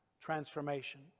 transformation